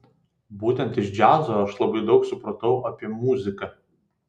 būtent iš džiazo aš labai daug supratau apie muziką